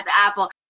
apple